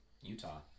Utah